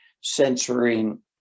censoring